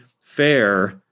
fair